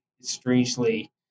strangely